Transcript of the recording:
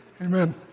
Amen